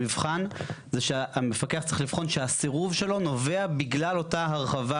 המבחן זה שהמפקח צריך לבחון שהסירוב שלו נובע בגלל אותה הרחבה,